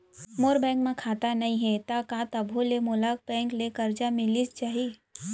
मोर bank म खाता नई हे त का तभो ले मोला बैंक ले करजा मिलिस जाही?